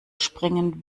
springen